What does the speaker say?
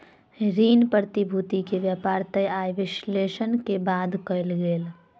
ऋण प्रतिभूति के व्यापार तय आय विश्लेषण के बाद कयल गेल